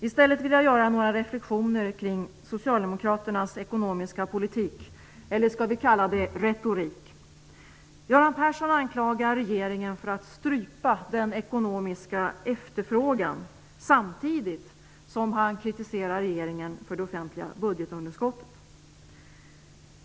I stället vill jag göra några reflexioner kring Socialdemokraternas ekonomiska politik, eller skall vi kalla det retorik? Göran Persson anklagar regeringen för att strypa den ekonomiska efterfrågan samtidigt som han kritiserar regeringen för det offentliga budgetunderskottet.